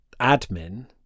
admin